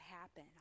happen